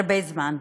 הרבה זמן: